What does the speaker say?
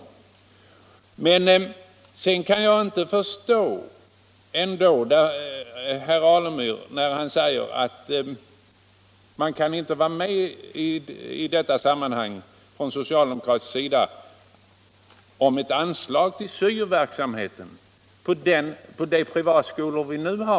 Jag kan inte förstå herr Alemyr när han säger att 21 maj 1976 socialdemokraterna inte kan vara med om att ge anslag till syo-verk= — LL samhet i de privatskolor som vi nu har.